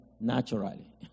naturally